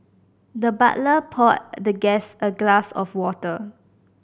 the butler poured the guest a glass of water